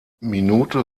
minute